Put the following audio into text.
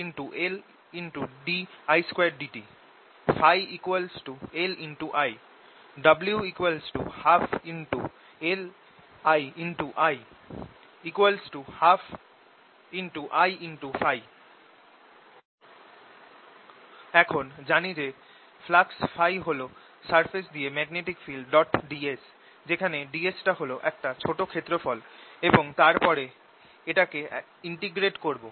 stored energy 12LddtI2 Փ LI W 12ILI 12IՓ এখন জানি যে ফ্লাক্স Փ হল সারফেস দিয়ে ম্যাগনেটিক ফিল্ডds যেখানে ds টা হল একটা ছোট ক্ষেত্রফল এবং তারপর এটাকে ইনটিগ্রেট করব